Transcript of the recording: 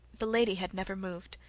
the lady had never moved.